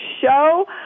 show